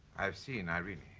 i've seen irene.